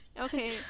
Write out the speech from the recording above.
Okay